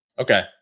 Okay